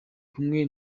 kumwe